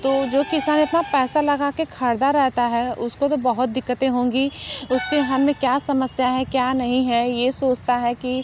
तो जो किसान इतना पैसा लगा कर ख़रीदा रहता है उसको तो बहुत दिक्कतें होंगी उसके घर में क्या समस्या हैं क्या नहीं है यह सोचता है कि